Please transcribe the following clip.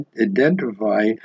identify